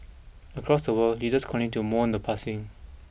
across the world leaders continued to moan the passing